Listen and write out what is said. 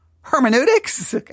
hermeneutics